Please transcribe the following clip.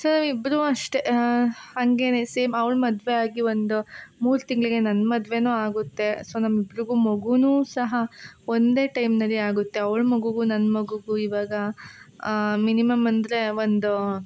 so ಇಬ್ಬರೂ ಅಷ್ಟೇ ಹಂಗೇ ಸೇಮ್ ಅವ್ಳ ಮದುವೆ ಆಗಿ ಒಂದು ಮೂರು ತಿಂಗಳಿಗೆ ನನ್ನ ಮದ್ವೆಯೂ ಆಗುತ್ತೆ ಸೊ ನಮ್ಮಿಬ್ರಿಗೂ ಮಗುವೂ ಸಹ ಒಂದೇ ಟೈಮ್ನಲ್ಲಿ ಆಗುತ್ತೆ ಅವ್ಳ ಮಗುಗೂ ನನ್ನ ಮಗುಗೂ ಇವಾಗ ಮಿನಿಮಮ್ ಅಂದ್ರೆ ಒಂದು